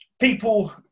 people